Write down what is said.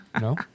No